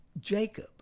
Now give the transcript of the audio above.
Jacob